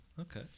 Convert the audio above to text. okay